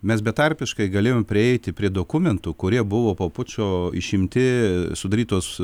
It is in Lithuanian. mes betarpiškai galėjom prieiti prie dokumentų kurie buvo po pučo išimti sudarytos